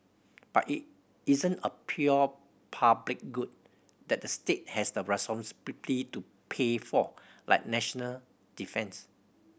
but it isn't a pure public good that the state has the to pay for like national defence